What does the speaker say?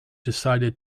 decided